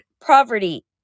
poverty